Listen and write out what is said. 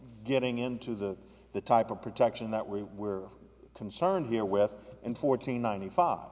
getting into the the type of protection that we were concerned here with in fourteen ninety five